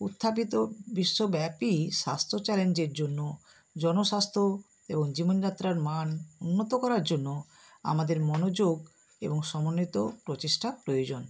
উত্থাপিত বিশ্বব্যাপী স্বাস্থ্য চ্যালেঞ্জের জন্য জন স্বাস্থ্য এবং জীবনযাত্রার মান উন্নত করার জন্য আমাদের মনোযোগ এবং সমন্বিত প্রচেষ্টা প্রয়োজন